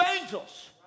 angels